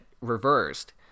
reversed